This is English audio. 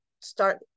start